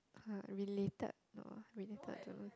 uh related no related to